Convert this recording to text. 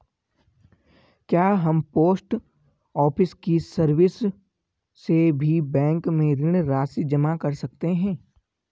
क्या हम post office की सर्विस से भी बैंक में ऋण राशि जमा कर सकते हैं?